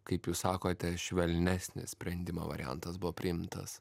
kaip jūs sakote švelnesnis sprendimo variantas buvo priimtas